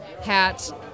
hat